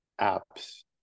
apps